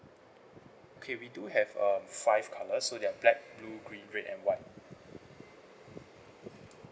okay we do have um five colours so they are black blue green red and white